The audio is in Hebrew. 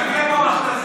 תביא לפה מכת"זית,